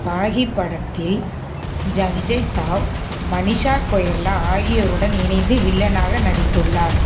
பாகி படத்தில் சஞ்சய் தாவ் மனிஷா கொய்ரலா ஆகியோருடன் இணைந்து வில்லனாக நடித்துள்ளார்